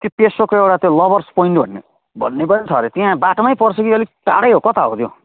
त्यो पेसोकको एउटा त्यो लभर्स पोइन्ट भन्ने भन्ने पनि छ अरे त्यहाँ बाटोमै पर्छ कि टाडै हो कता हो त्यो